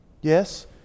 Yes